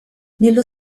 nello